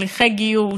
הליכי גיור,